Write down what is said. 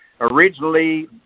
Originally